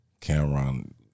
Cameron